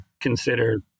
consider